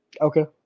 Okay